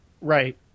Right